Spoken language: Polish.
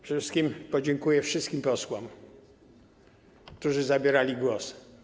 Przede wszystkim podziękuję wszystkim posłom, którzy zabierali głos.